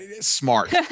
smart